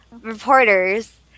reporters